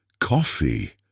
Coffee